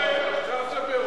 עכשיו זה,